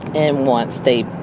and once they